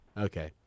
okay